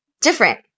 Different